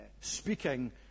speaking